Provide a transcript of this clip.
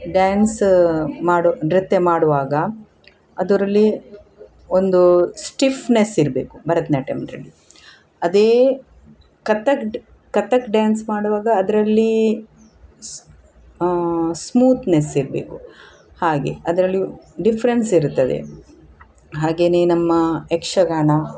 dance ಮಾಡೋ ನೃತ್ಯ ಮಾಡುವಾಗ ಅದರಲ್ಲಿ ಒಂದು ಸ್ಟಿಫ್ನೆಸ್ ಇರ್ಬೇಕು ಭರತನಾಟ್ಯಮ್ದ್ರಲ್ಲಿ ಅದೇ ಕಥಕ್ ಡ್ ಕಥಕ್ ಡ್ಯಾನ್ಸ್ ಮಾಡುವಾಗ ಅದ್ರಲ್ಲಿ ಸ್ ಸ್ಮೂತ್ನೆಸ್ ಇರಬೇಕು ಹಾಗೆ ಅದ್ರಲ್ಲಿಯೂ ಡಿಫ್ರೆನ್ಸ್ ಇರುತ್ತದೆ ಹಾಗೆಯೇ ನಮ್ಮ ಯಕ್ಷಗಾನ